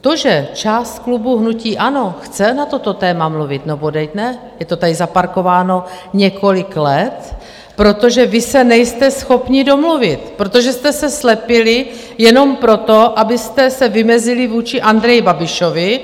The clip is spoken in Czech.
To, že část klubu hnutí ANO chce na toto téma mluvit no bodejť ne, je to tady zaparkováno několik let, protože vy se nejste schopni domluvit, protože jste se slepili jenom proto, abyste se vymezili vůči Andreji Babišovi.